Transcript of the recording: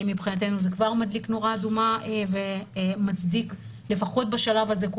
מבחינתנו זה כבר מדליק נורה אדומה ומצדיק לפחות בשלב הזה,